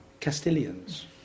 Castilians